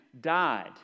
died